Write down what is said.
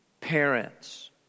parents